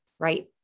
Right